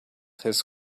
his